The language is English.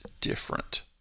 different